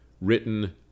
written